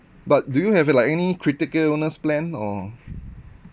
but do you have like any critical illness plan or